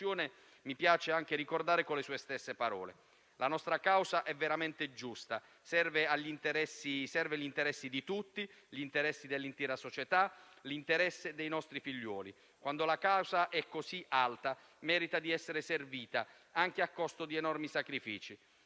mi piace ricordare le sue stesse parole: «La nostra causa è veramente giusta, serve gli interessi di tutti, gli interessi dell'intera società, l'interesse dei nostri figliuoli. Quando la causa è così alta, merita di essere servita, anche a costo di enormi sacrifici